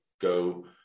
go